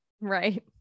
Right